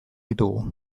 ditugu